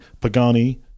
Pagani